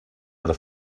per